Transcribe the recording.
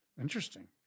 Interesting